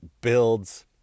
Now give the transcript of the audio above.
builds